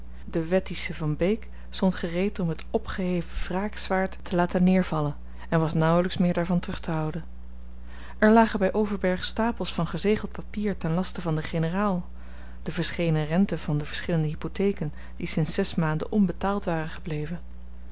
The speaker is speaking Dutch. de wettische van beek stond gereed om het opgeheven wraakzwaard te laten neervallen en was nauwelijks meer daarvan terug te houden er lagen bij overberg stapels van gezegeld papier ten laste van den generaal de verschenen renten van de verschillende hypotheken die sinds zes maanden onbetaald waren gebleven